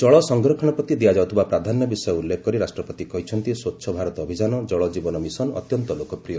ଜଳ ସଂରକ୍ଷଣ ପ୍ରତି ଦିଆଯାଉଥିବା ପ୍ରାଧାନ୍ୟ ବିଷୟ ଉଲ୍ଲେଖ କରି ରାଷ୍ଟ୍ରପତି କହିଛନ୍ତି ସ୍ୱଚ୍ଛ ଭାରତ ଅଭିଯାନ ଓ ଜଳ ଜୀବନ ମିଶନ ଅତ୍ୟନ୍ତ ଲୋକପ୍ରିୟ